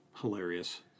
hilarious